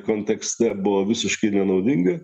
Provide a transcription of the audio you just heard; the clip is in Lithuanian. kontekste buvo visiškai nenaudinga